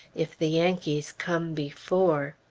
if the yankees come before